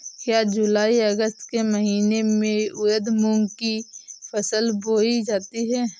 क्या जूलाई अगस्त के महीने में उर्द मूंग की फसल बोई जाती है?